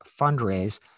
fundraise